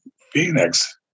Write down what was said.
Phoenix